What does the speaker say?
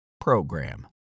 PROGRAM